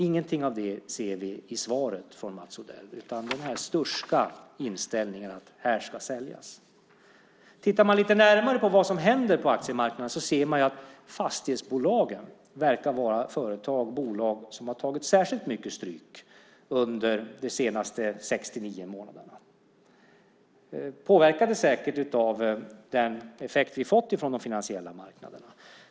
Ingenting av det ser vi i svaret från Mats Odell. Där syns bara den här sturska inställningen att här ska säljas. Tittar man lite närmare på vad som händer på aktiemarknaden ser man att fastighetsbolagen verkar vara företag och bolag som har tagit särskilt mycket stryk under de senaste sex-nio månaderna, säkert påverkade av den effekt vi har fått från de finansiella marknaderna.